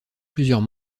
plusieurs